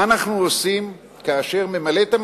מה אנחנו עושים כשממלאת-המקום